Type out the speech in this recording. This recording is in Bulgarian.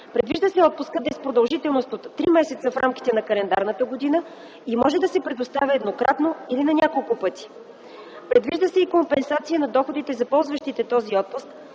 Предвижда се отпускът да е с продължителност от 3 месеца в рамките на календарната година и може да се предоставя еднократно или на няколко пъти. Предвижда се и компенсация на доходите на ползващите този отпуск,